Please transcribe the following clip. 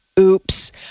Oops